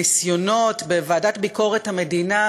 הניסיונות בוועדת ביקורת המדינה,